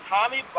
Tommy